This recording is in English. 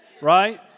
right